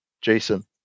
Jason